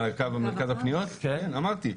אמרתי,